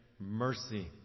Mercy